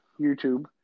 YouTube